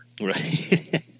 Right